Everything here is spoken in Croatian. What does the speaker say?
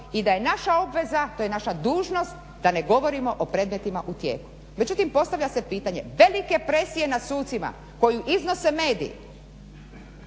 i da je naša obveza, to je naša dužnost da ne govorimo o predmetima u tijeku. Međutim, postavlja se pitanje velike presije na sucima koju iznose mediji.